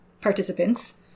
participants